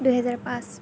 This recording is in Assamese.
দুহেজাৰ পাঁচ